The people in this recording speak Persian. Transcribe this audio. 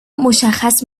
مشخص